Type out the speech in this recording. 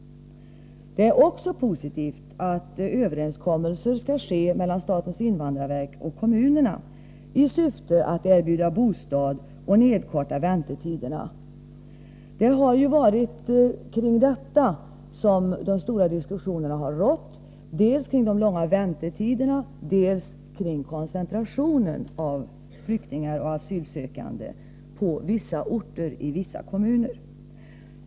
Det är också positivt att överenskommelser skall ske mellan statens invandrarverk och kommunerna i syfte att erbjuda bostad och nedkorta väntetiderna. Det har ju varit detta som de stora diskussionerna har gällt — de långa väntetiderna och koncentrationen av flyktingar och asylsökande på vissa orter i vissa kommuner.